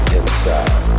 inside